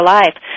life